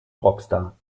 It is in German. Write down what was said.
rockstar